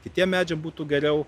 kitiem medžiam būtų geriau